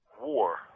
War